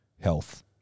health